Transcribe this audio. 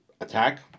Attack